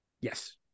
Yes